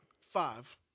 Five